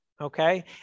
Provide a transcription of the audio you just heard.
okay